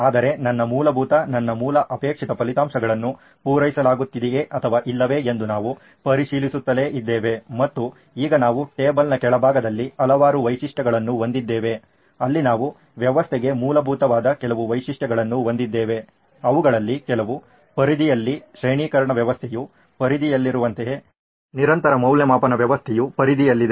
ಆದರೆ ನನ್ನ ಮೂಲಭೂತ ನನ್ನ ಮೂಲ ಅಪೇಕ್ಷಿತ ಫಲಿತಾಂಶಗಳನ್ನು ಪೂರೈಸಲಾಗಿದೆಯೇ ಅಥವಾ ಇಲ್ಲವೇ ಎಂದು ನಾವು ಪರಿಶೀಲಿಸುತ್ತಲೇ ಇದ್ದೇವೆ ಮತ್ತು ಈಗ ನಾವು ಟೇಬಲ್ನ ಕೆಳಭಾಗದಲ್ಲಿ ಹಲವಾರು ವೈಶಿಷ್ಟ್ಯಗಳನ್ನು ಹೊಂದಿದ್ದೇವೆ ಅಲ್ಲಿ ನಾವು ವ್ಯವಸ್ಥೆಗೆ ಮೂಲಭೂತವಾದ ಕೆಲವು ವೈಶಿಷ್ಟ್ಯಗಳನ್ನು ಹೊಂದಿದ್ದೇವೆ ಅವುಗಳಲ್ಲಿ ಕೆಲವು ಪರಿಧಿಯಲ್ಲಿ ಶ್ರೇಣೀಕರಣ ವ್ಯವಸ್ಥೆಯು ಪರಿಧಿಯಲ್ಲಿರುವಂತೆ ನಿರಂತರ ಮೌಲ್ಯಮಾಪನ ವ್ಯವಸ್ಥೆಯು ಪರಿಧಿಯಲ್ಲಿದೆ